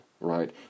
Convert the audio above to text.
right